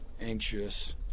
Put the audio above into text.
anxious